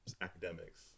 academics